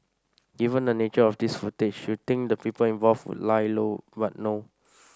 given the nature of this footage you think the people involved would lie low but no